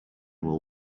will